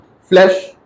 flesh